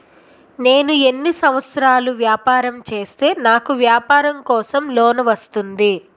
నేను ఎన్ని సంవత్సరాలు వ్యాపారం చేస్తే నాకు వ్యాపారం కోసం లోన్ వస్తుంది?